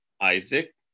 Isaac